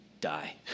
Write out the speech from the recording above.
die